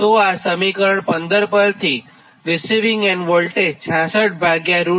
તો સમીકરણ 15 પરથી રીસિવીંગ એન્ડ વોલ્ટેજ 66√3 38